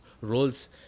roles